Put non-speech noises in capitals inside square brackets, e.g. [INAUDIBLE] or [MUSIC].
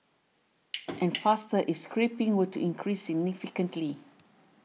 [NOISE] and faster if scrapping were to increase significantly